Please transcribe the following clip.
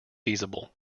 feasible